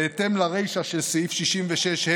בהתאם לרישא של סעיף 66(ה)